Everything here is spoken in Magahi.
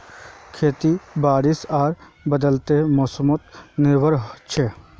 खेती बारिश आर बदलते मोसमोत निर्भर छे